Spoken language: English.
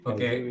Okay